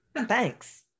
thanks